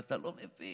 ואתה לא מבין,